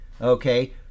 okay